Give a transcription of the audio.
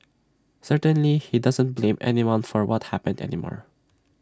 certainly he doesn't blame anyone for what happened anymore